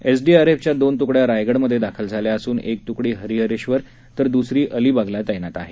एसडीआरएफच्या दोन त्कड्या रायगडमध्ये दाखल झाल्या असून एक तुकडी हरिहरेश्वर तर दुसरी अलिबागला तैनात आहे